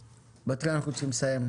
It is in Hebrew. בת חן, אנחנו צריכים לסיים.